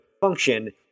function